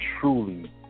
truly